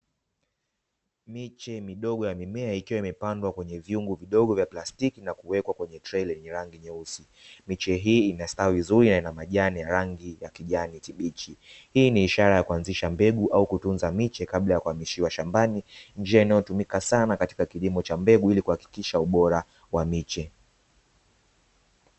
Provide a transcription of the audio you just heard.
Miche midogo ya mimea ikiwa imepandwa kwenye vyungu vidogo vya plastiki na kuwekwa kwenye trei lenye rangi nyeusi. Miche hii imestawi vizuri na ina rangi ya majani ya kijani kibichi, hii ni ishara ya kuanzisha mbegu au kutunza miche kabla ya kuhamishiwa shambani, njia inayotumika sana katika kilimo cha mbegu ili kuhakikisha ubora wa miche.